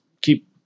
keep